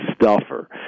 stuffer